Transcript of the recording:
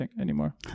anymore